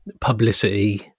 publicity